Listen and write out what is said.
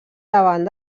davant